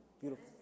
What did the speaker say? Beautiful